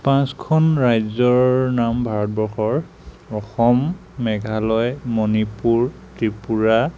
পাঁচখন ৰাজ্যৰ নাম ভাৰতবৰ্ষৰ অসম মেঘালয় মনিপুৰ ত্ৰিপুৰা